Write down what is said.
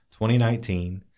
2019